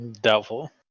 Doubtful